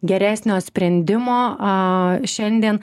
geresnio sprendimo a šiandien